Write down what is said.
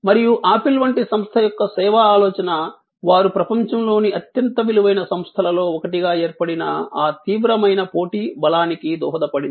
మరియు ఆపిల్ వంటి సంస్థ యొక్క సేవా ఆలోచన వారు ప్రపంచంలోని అత్యంత విలువైన సంస్థలలో ఒకటిగా ఏర్పడిన ఆ తీవ్రమైన పోటీ బలానికి దోహదపడింది